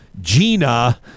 Gina